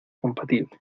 compatible